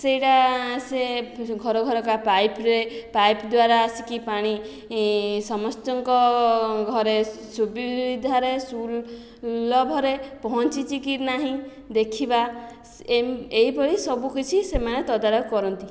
ସେଇଟା ସେ ଘର ଘର କାହା ପାଇପ୍ରେ ପାଇପ୍ ଦ୍ଵାରା ଆସିକି ପାଣି ସମସ୍ତଙ୍କ ଘରେ ସୁବିଧାରେ ସୁଲଭରେ ପହଞ୍ଚିଛି କି ନାହିଁ ଦେଖିବା ଏଇଭଳି ସବୁକିଛି ସେମାନେ ତଦାରଖ କରନ୍ତି